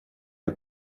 для